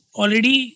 already